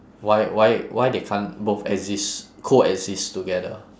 why why why they can't both exist coexist together